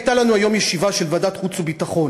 הייתה לנו היום ישיבה של ועדת החוץ והביטחון.